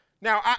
Now